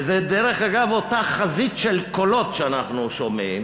וזה, דרך אגב, אותה חזית של קולות שאנחנו שומעים